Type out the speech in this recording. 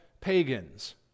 pagans